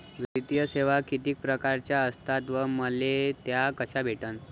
वित्तीय सेवा कितीक परकारच्या असतात व मले त्या कशा भेटन?